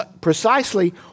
precisely